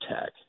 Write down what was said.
Tech